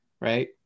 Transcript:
right